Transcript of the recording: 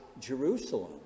jerusalem